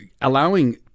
allowing